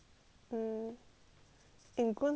ingrown hair ah I also don't understand